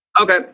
Okay